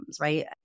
right